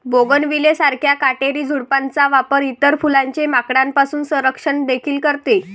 bougainvillea सारख्या काटेरी झुडपांचा वापर इतर फुलांचे माकडांपासून संरक्षण देखील करते